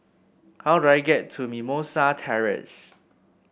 how do I get to Mimosa Terrace